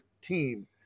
team